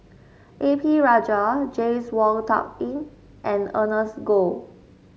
A P Rajah James Wong Tuck Yim and Ernest Goh